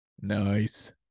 Nice